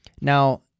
Now